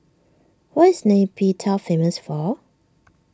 what is Nay Pyi Taw famous for